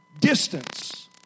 distance